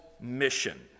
mission